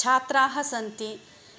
छात्राः सन्ति